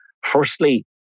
Firstly